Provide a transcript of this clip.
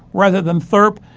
rather than therp?